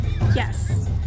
Yes